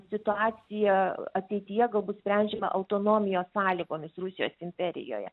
situaciją ateityje galbūt sprendžiamą autonomijos sąlygomis rusijos imperijoje